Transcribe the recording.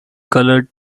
colored